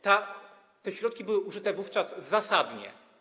Te środki były użyte wówczas zasadnie.